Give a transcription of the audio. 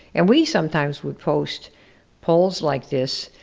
and we sometimes would post polls like this,